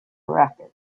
wreckage